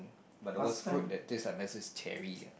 but the worse fruit that tastes like medicine is cherry lah